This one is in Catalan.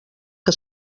que